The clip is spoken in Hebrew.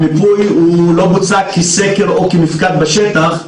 המיפוי לא בוצע כסקר או כמפקד בשטח.